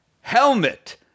Helmet